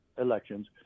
elections